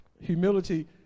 Humility